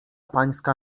pańska